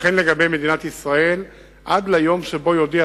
וכן לגבי מדינת ישראל עד ליום שבו יודיע